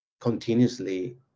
continuously